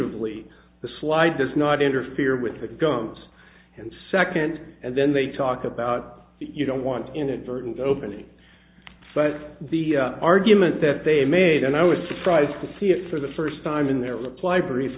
gingerly the slide does not interfere with the guns and second and then they talk about you don't want inadvertent opening but the argument that they made and i was surprised to see it for the first time in their reply brief